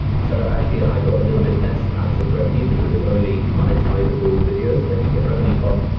so actually i got a little bit less adsense revenue because its only monetizable videos that you get revenue from,